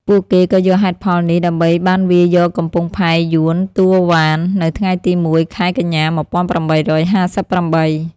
ពួកគេក៏យកហេតុផលនេះដើម្បីបានវាយយកកំពង់ផែយួនតួវ៉ាននៅថ្ងៃទី១ ខែកញ្ញា ១៨៥៨។